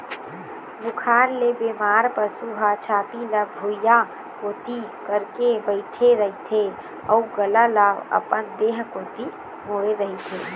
बुखार ले बेमार पशु ह छाती ल भुइंया कोती करके बइठे रहिथे अउ गला ल अपन देह कोती मोड़े रहिथे